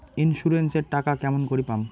Insurance এর টাকা কেমন করি পাম?